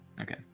Okay